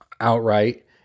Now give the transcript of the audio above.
Outright